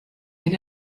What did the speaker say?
wenn